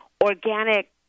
organic